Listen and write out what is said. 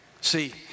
See